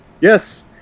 Yes